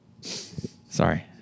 Sorry